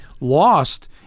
lost